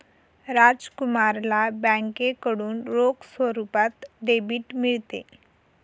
राजकुमारला बँकेकडून रोख स्वरूपात डेबिट मिळते